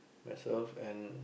myself and